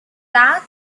that